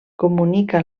comunica